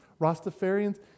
Rastafarian's